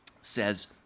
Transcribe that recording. says